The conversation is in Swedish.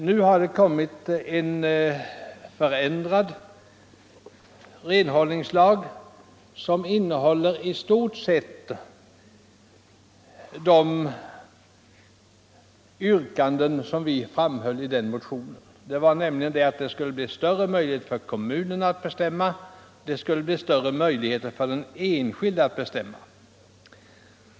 Nu har det kommit en förändrad renhållningslag, som i stort sett tillgodoser de yrkanden som vi framställde i motionen, nämligen att det skulle bli större möjligheter att bestämma både för kommunen och för den enskilde.